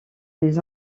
des